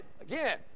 Again